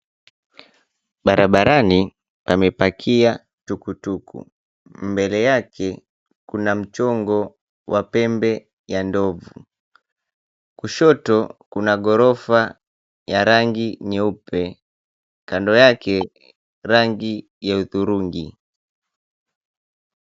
Barabarani pamekia tukutuku. Mbele yake kuna mchongo wa pembe ya ndovu. Kushoto kuna ghorofa ya rangi nyeupe, kando yake rangi ya hudhurungi.